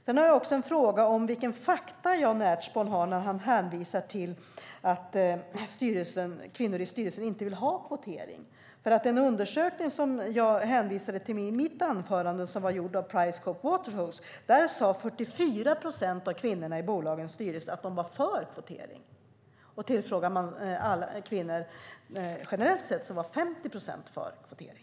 Sedan har jag också en fråga om vilka fakta Jan Ertsborn har när han hänvisar till att kvinnor i styrelser inte vill ha kvotering. I en undersökning som jag hänvisade till i mitt anförande och som var gjord av Pricewaterhouse Cooper sade 44 procent av kvinnorna i bolagens styrelser att de var för kvotering. Och av tillfrågade kvinnor generellt sett var 50 procent för kvotering.